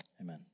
Amen